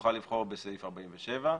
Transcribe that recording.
תוכל לבחור בסעיף 47,